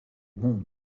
monde